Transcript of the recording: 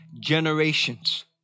generations